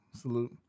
salute